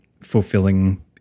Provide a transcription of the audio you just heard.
fulfilling